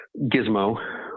gizmo